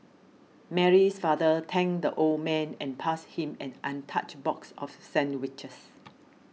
Mary's father thanked the old man and passed him an untouched box of sandwiches